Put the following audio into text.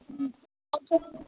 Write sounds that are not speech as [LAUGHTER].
ꯎꯝ [UNINTELLIGIBLE]